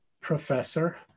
professor